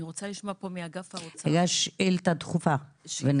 אני רוצה לשמוע פה מאגף --- זו הייתה שאילתה דחופה ונדחית.